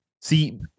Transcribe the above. See